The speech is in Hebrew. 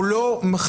אנחנו לא מתחשבנים.